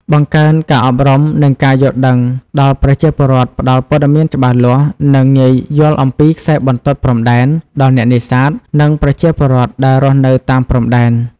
បង្កើនការអប់រំ និងការយល់ដឹងដល់ប្រជាពលរដ្ឋផ្តល់ព័ត៌មានច្បាស់លាស់ និងងាយយល់អំពីខ្សែបន្ទាត់ព្រំដែន ដល់អ្នកនេសាទ និងប្រជាពលរដ្ឋដែលរស់នៅតាមព្រំដែន។